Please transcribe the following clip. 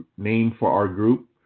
name for our group.